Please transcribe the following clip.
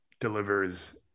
delivers